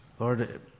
Lord